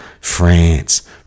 France